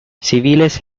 civiles